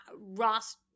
ross